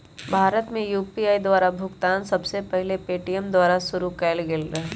भारत में यू.पी.आई द्वारा भुगतान सबसे पहिल पेटीएमें द्वारा पशुरु कएल गेल रहै